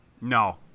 no